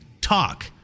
talk